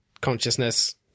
consciousness